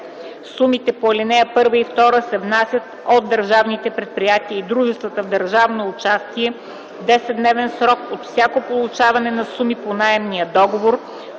Сумите по ал. 1 и 2 се внасят от държавните предприятия и дружествата с държавно участие в десетдневен срок от всяко получаване на суми по наемния договор